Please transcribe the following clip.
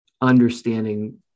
understanding